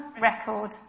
record